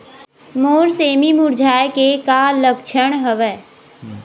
मोर सेमी मुरझाये के का लक्षण हवय?